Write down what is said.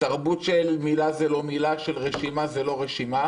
תרבות של מילה זה לא מילה, של רשימה זה לא רשימה